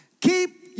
Keep